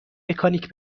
مکانیک